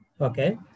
Okay